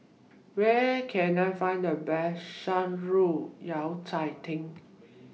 Where Can I Find The Best Shan Rui Yao Cai Tang